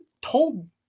told